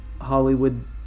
Hollywood